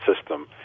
system